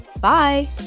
Bye